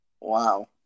Wow